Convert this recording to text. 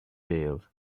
veils